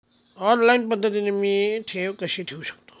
Online पद्धतीने मी ठेव कशी ठेवू शकतो?